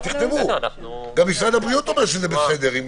תכתבו, גם משרד הבריאות אומר שזה בסדר.